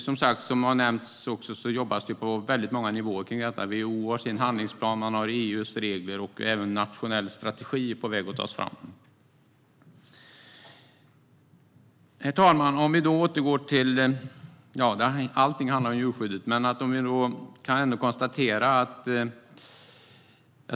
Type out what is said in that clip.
Det jobbas på väldigt många nivåer kring detta. WHO har sin handlingsplan. Man har EU:s regler, och även en nationell strategi är på väg att tas fram. Herr talman!